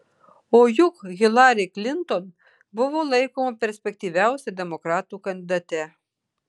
o juk hilari klinton buvo laikoma perspektyviausia demokratų kandidate